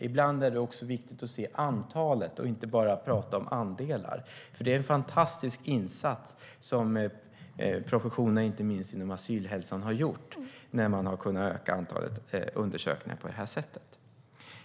Ibland är det också viktigt att se antalet och inte bara prata om andelar, för det är en fantastisk insats som professionen inte minst inom asylhälsan har gjort när man har kunnat öka antalet undersökningar på det här sättet.